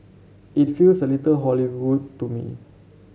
it feels a little Hollywood to me